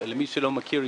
למי שלא מכיר,